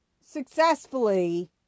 successfully